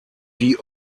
die